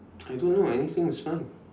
I don't know anything is fine